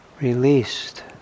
released